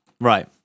right